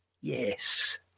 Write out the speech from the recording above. Yes